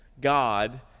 god